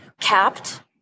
capped